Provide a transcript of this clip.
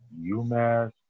UMass